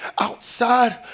outside